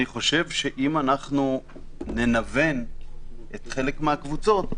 אני חושב שאם ננוון חלק מהקבוצות,